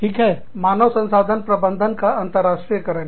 ठीक है मानव संसाधन प्रबंधन का अंतरराष्ट्रीय करण